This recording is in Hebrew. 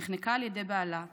נחנקה על ידי בעלה.